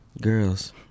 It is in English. girls